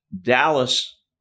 Dallas